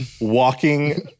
Walking